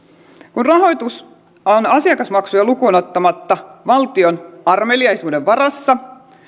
kun rahoitus on asiakasmaksuja lukuun ottamatta valtion armeliaisuuden varassa